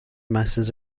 masses